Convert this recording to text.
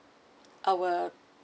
our